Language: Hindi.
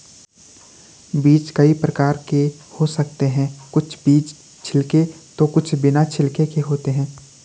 बीज कई प्रकार के हो सकते हैं कुछ बीज छिलके तो कुछ बिना छिलके के होते हैं